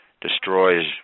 destroys